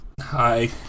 Hi